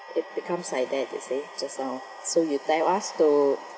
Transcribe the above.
it becomes like that you see just now so you tell us to